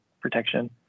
protection